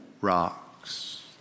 rocks